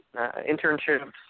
internships